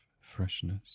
freshness